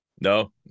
No